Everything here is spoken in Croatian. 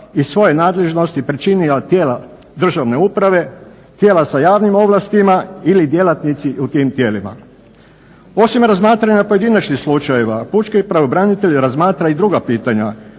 iz svoje nadležnosti pričinila tijela državne uprave, tijela sa javnim ovlastima ili djelatnici u tim tijelima. Osim razmatranja pojedinačnih slučajeva pučki pravobranitelj razmatra i druga pitanja